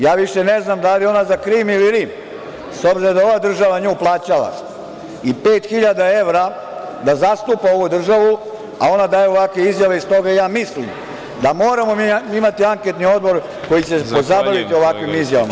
Ja više ne znam da li je ona za Krim ili Rim, s obzirom da je ova država nju plaćala i pet hiljada evra da zastupa ovu državu, a ona davala ovakve izjave i s toga ja mislim da moramo imati anketni odbor koji će da se zabavi ovakvim izjavama.